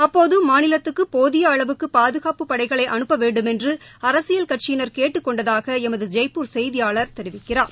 அப்போது மாநிலத்துக்கு போதிய அளவுக்கு பாதுகாப்புப் படைகளை அனுப்ப வேண்டுமென்று அரசியல் கட்சியினர் கேட்டுக் கொண்டதாக எமது ஜெய்ப்பூர் செய்தியாளர் தெரிவிக்கிறார்